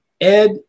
Ed